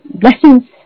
blessings